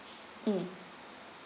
mm